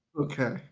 Okay